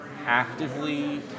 actively